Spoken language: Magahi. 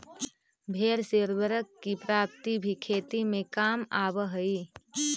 भेंड़ से उर्वरक की प्राप्ति भी खेती में काम आवअ हई